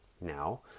now